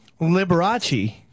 Liberace